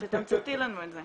תתמצתי לנו את זה.